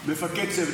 מפקד צוות.